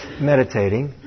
meditating